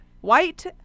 white